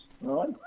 right